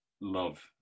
love